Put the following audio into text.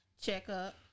checkup